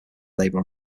labor